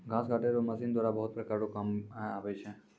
घास काटै रो मशीन द्वारा बहुत प्रकार रो काम मे आबै छै